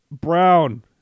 Brown